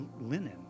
linen